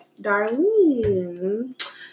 Darlene